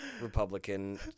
Republican